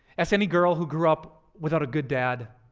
ask any girl who grew up without a good dad